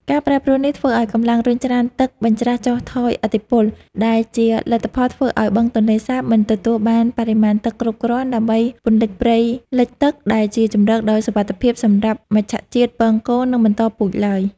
ការប្រែប្រួលនេះធ្វើឱ្យកម្លាំងរុញច្រានទឹកបញ្ច្រាសចុះថយឥទ្ធិពល ដែលជាលទ្ធផលធ្វើឱ្យបឹងទន្លេសាបមិនទទួលបានបរិមាណទឹកគ្រប់គ្រាន់ដើម្បីពន្លិចព្រៃលិចទឹក ដែលជាជម្រកដ៏សុវត្ថិភាពសម្រាប់មច្ឆជាតិពងកូន និងបន្តពូជឡើយ។